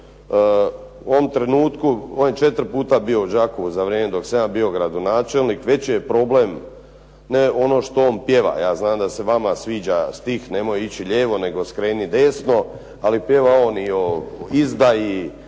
govori. On je četiri puta bio u Đakovu za vrijeme dok sam ja bio gradonačelnik, veći je problem ne ono što on pjeva. Ja znam da se vama sviđa stih "nemoj ići lijevo, nego skreni desno", ali pjeva on i o izdaji